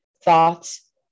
thoughts